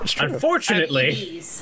Unfortunately